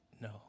No